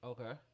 Okay